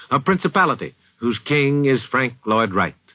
a principality whose king is frank lloyd wright.